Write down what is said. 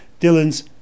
Dylan's